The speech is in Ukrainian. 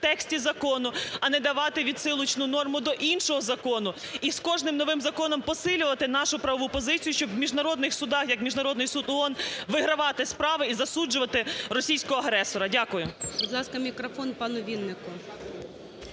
тексті закону, а не давати відсилочну норму до іншого закону. І з кожним новим законом посилювати нашу правову позицію, щоб в міжнародних судах, як Міжнародний Суд ООН, вигравати справи і засуджувати російського агресора. Дякую.